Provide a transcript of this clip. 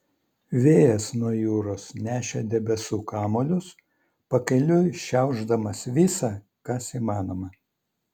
vėjas nuo jūros nešė debesų kamuolius pakeliui šiaušdamas visa kas įmanoma